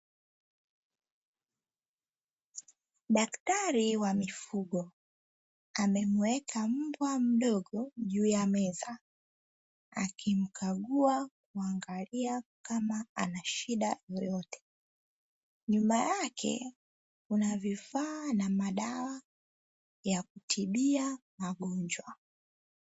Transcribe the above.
Daktari wa mifugo amemweka mbwa mdogo juu ya meza akimkagua kuanglia kama anashida yoyote. Nyuma yake kuna vifaa na madawa ya kutibia magonjwa.